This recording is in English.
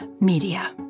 Media